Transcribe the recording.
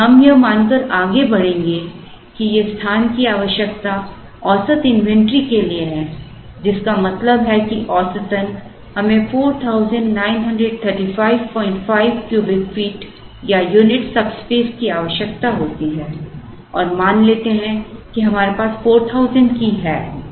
इसलिए हम यह मानकर आगे बढ़ेंगे कि ये स्थान की आवश्यकता औसत इन्वेंट्री के लिए है जिसका मतलब है कि औसतन हमें 49355 क्यूबिक फीट या यूनिट सबस्पेस की आवश्यकता होती है और मान लेते हैं कि हमारे पास 4000 की है